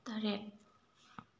ꯇꯔꯦꯠ